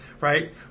right